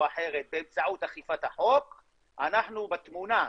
אחרת באמצעות אכיפת החוק אנחנו בתמונה,